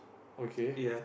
okay